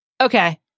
Okay